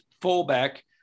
fullback